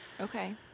Okay